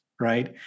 right